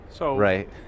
Right